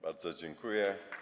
Bardzo dziękuję.